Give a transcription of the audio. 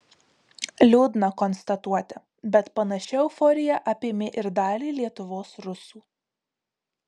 liūdna konstatuoti bet panaši euforija apėmė ir dalį lietuvos rusų